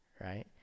right